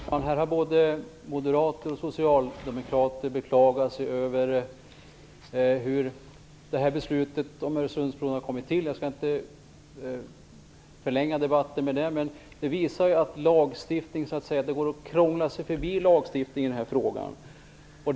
Herr talman! Här har både moderater och socialdemokrater beklagat sig över hur beslutet om Öresundsbron har kommit till. Jag skall inte förlänga debatten, men det visar att det går att krångla sig förbi lagstiftningen.